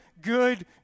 good